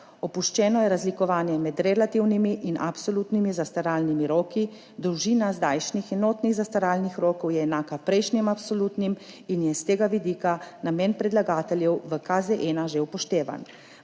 Opuščeno je razlikovanje med relativnimi in absolutnimi zastaralnimi roki, dolžina zdajšnjih enotnih zastaralnih rokov je enaka prejšnjim absolutnim in je s tega vidika namen predlagateljev v KZ-1 že upoštevan.